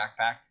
backpack